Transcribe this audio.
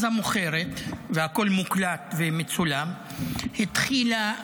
אז המוכרת, והכול מוקלט ומצולם, התחילה לגדף,